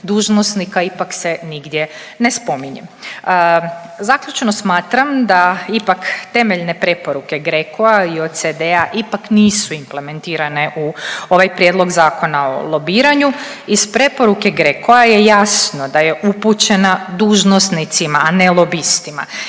dužnosnika ipak se nigdje ne spominje. Zaključno smatram da ipak temeljne preporuke GRECO-a i OECD-a ipak nisu implementirane u ovaj prijedlog Zakona o lobiranja. Iz preporuke GRECO-a je jasno da je upućena dužnosnicima, a ne lobistima